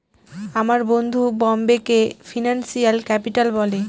আমার বন্ধু বোম্বেকে ফিনান্সিয়াল ক্যাপিটাল বলে